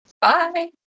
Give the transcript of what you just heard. Bye